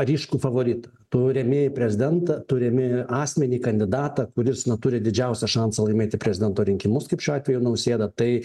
ryškų favoritą tu remi prezidentą tu remi asmenį kandidatą kuris na turi didžiausią šansą laimėti prezidento rinkimus kaip šiuo atveju nausėda tai